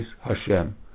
Hashem